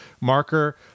marker